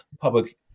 public